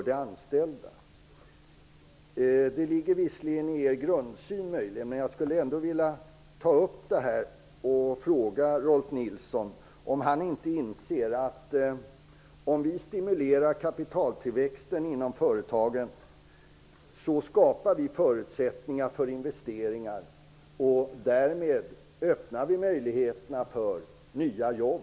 Det ligger möjligen i er grundsyn att tycka så, men jag skulle ändå vilja ta upp detta och fråga Rolf Nilson om han inte inser att vi, om vi stimulerar kapitaltillväxten inom företagen, skapar förutsättningar för investeringar. Därmed öppnar vi möjligheter för nya jobb.